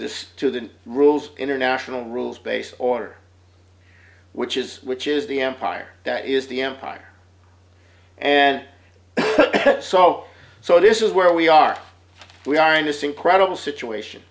this to the rules international rules based order which is which is the empire that is the empire and so so this is where we are we are in this incredible situation